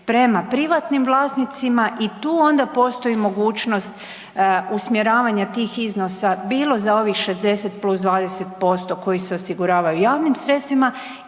prema privatnim vlasnicima i tu onda postoji mogućnost usmjeravanja tih iznosa bilo za ovih 60+20% koji se osiguravaju javnim sredstvima